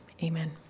Amen